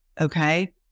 okay